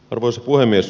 arvoisa puhemies